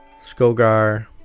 Skogar